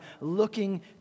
looking